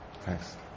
Thanks